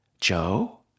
Joe